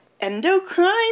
endocrine